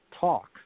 talk